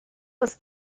was